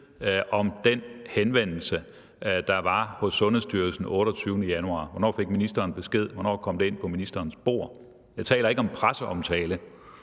om den henvendelse, der var hos Sundhedsstyrelsen den 28. januar? Hvornår kom det ind på ministerens bord? Jeg taler ikke om presseomtale.